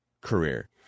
career